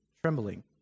trembling